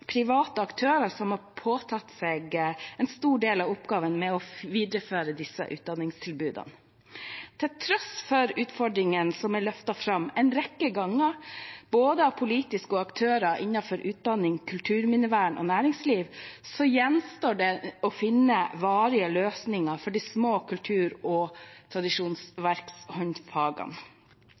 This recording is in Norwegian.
private aktører som har påtatt seg en stor del av oppgaven med å videreføre disse utdanningstilbudene. Til tross for utfordringene som er løftet fram en rekke ganger, både politisk og av aktører innenfor utdanning, kulturminnevern og næringsliv, gjenstår det å finne varige løsninger for de små kultur- og